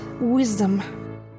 wisdom